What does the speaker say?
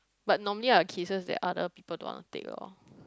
but normally are cases that other people don't want to take oh